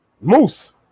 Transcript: moose